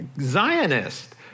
Zionist